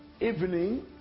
evening